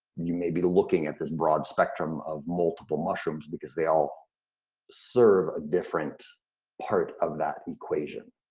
you may be looking at this broad spectrum of multiple mushrooms, because they all serve a different part of that equation.